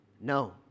No